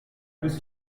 bis